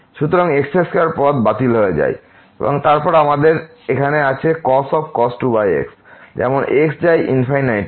সুতরাং x2 পদ বাতিল হয়ে যায় এবং তারপরে আমাদের এখানে আছে cos 2x যেমন x যায় তে